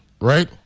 right